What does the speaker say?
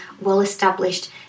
well-established